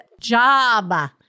job